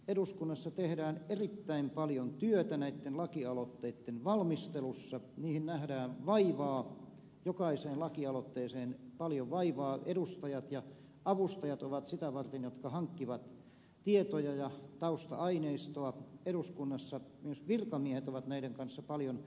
eduskunnassa tehdään erittäin paljon työtä näitten lakialoitteitten valmistelussa niihin nähdään vaivaa jokaiseen lakialoitteeseen nähdään paljon vaivaa edustajien taholta ja avustajat ovat sitä varten että hankkivat tietoja ja tausta aineistoa eduskunnassa myös virkamiehet ovat näiden kanssa paljon tekemisissä